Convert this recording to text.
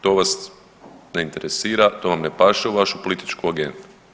To vas ne interesira, to vam ne paše u vašu političku agendu.